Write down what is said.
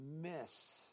miss